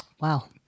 Wow